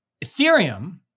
Ethereum